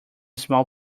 small